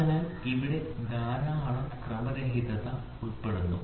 അതിനാൽ ഇവിടെ ധാരാളം ക്രമരഹിതത ഉൾപ്പെടുന്നു